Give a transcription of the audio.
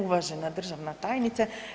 Uvažena državna tajnice.